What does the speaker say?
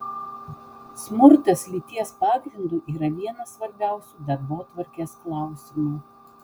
smurtas lyties pagrindu yra vienas svarbiausių darbotvarkės klausimų